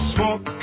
Smoke